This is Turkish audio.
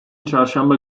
çarşamba